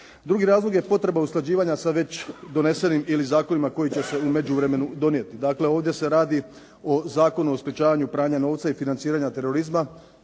Drugi razlog je potreba usklađivanja sa već donesenim ili zakonima koji će se u međuvremenu donijeti. Dakle, ovdje se radi o Zakonu o sprječavanju pranja novca i financiranja terorizma